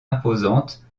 imposantes